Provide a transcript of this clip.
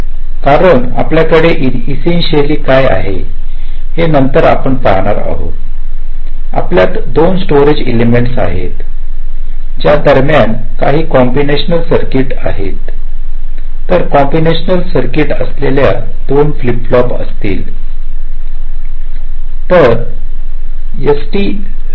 कारण आपल्याकडे इसेस्क्वशशयली काय आहे हे नंतर आपण पाहणार आहोत आपल्यात दोन स्टोरेज एडलमेंट्स आहेत ज्या दरम्यान काही कॉम्बिनेशनल सर्किटआहेत तर कॉम्बिनेशनल सर्किट असलेले दोन फ्लिप फ्लॉप असतील